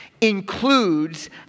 includes